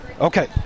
Okay